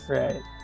right